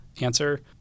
answer